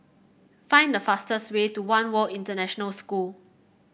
find the fastest way to One World International School